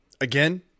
again